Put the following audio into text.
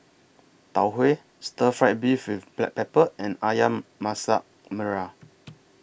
Tau Huay Stir Fried Beef with Black Pepper and Ayam Masak Merah